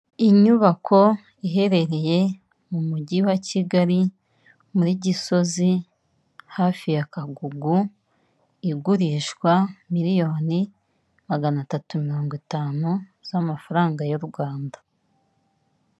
Inyubako iherereye mu mujyi wa Kigali muri Gisozi hafi ya Kagugu igurishwa miliyoni maganatatu mirongo itanu z'amafaranga y' u Rwanda.